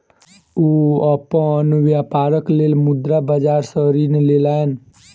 ओ अपन व्यापारक लेल मुद्रा बाजार सॅ ऋण लेलैन